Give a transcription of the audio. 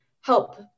help